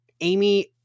amy